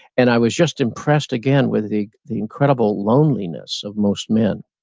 and i was just impressed again with the the incredible loneliness of most men.